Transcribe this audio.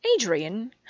Adrian